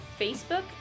Facebook